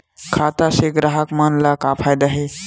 खाता से ग्राहक मन ला का फ़ायदा हे?